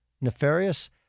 Nefarious